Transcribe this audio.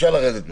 אפשר לרדת מזה.